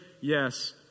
yes